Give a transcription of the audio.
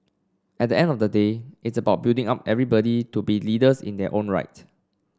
at end of the day it's about building up everybody to be leaders in their own right